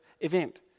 event